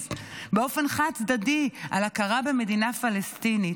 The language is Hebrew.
באופן חד-צדדי על הכרה במדינה פלסטינית?